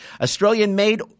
Australian-made